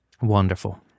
Wonderful